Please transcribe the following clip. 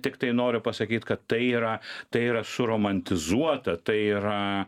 tiktai noriu pasakyt kad tai yra tai yra su romantizuota tai yra